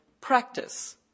practice